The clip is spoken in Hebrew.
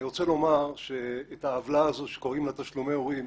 אני רוצה לומר שאת העוולה הזו שקוראים לה תשלומי הורים,